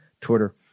Twitter